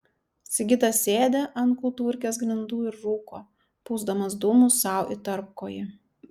sigitas sėdi ant kultūrkės grindų ir rūko pūsdamas dūmus sau į tarpkojį